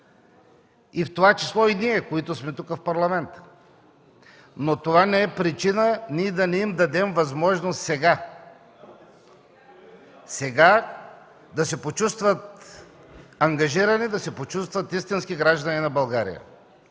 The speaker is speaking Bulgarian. в това число и ние тук, в Парламента, но това не е причина да не им дадем възможност сега да се почувстват ангажирани, да се почувстват истински граждани на България.